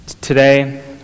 today